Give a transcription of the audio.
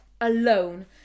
alone